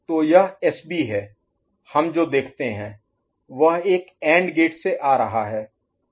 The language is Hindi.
तो यह एसबी है हम जो देखते हैं वह एक एंड गेट से आ रहा है